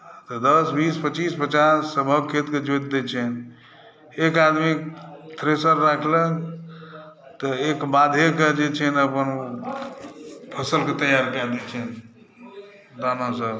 जे दस बीस पच्चीस पचास सभक खेतक जोति दैत छियनि एक आदमी थ्रेसर राखलक तऽ एक बाधेके जे छै अपन फसलके तैयार कऽ दै छियनि तामासँ